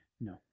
No